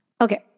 Okay